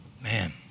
Man